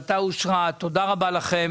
ההחלטה אושרה תודה רבה לכם.